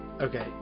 okay